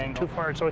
and too far. so,